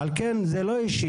על כן, זה לא אישי.